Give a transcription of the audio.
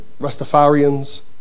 Rastafarians